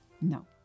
No